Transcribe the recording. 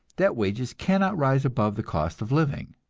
that wages cannot rise above the cost of living.